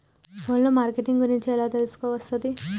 Phone లో marketing గురించి ఎలా తెలుసుకోవస్తది?